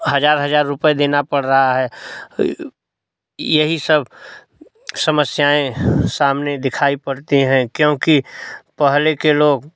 हज़ार हज़ार रुपये देने पड़ रहा है यही सब समस्यायें सामने दिखाई पड़ती है क्योंकि पहले के लोग